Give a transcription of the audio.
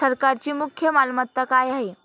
सरकारची मुख्य मालमत्ता काय आहे?